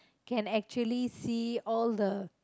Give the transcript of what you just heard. can actually see all the